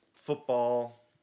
football